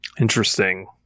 Interesting